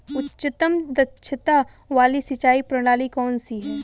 उच्चतम दक्षता वाली सिंचाई प्रणाली कौन सी है?